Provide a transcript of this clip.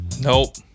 nope